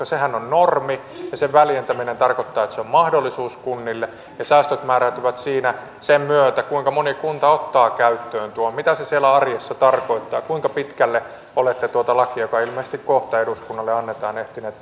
sehän on normi ja sen väljentäminen tarkoittaa että se on mahdollisuus kunnille ja säästöt määräytyvät siinä sen myötä kuinka moni kunta ottaa käyttöön tuon mitä se se siellä arjessa tarkoittaa kuinka pitkälle olette tuota lakia joka ilmeisesti kohta eduskunnalle annetaan ehtineet